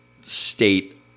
state